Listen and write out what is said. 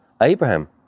Abraham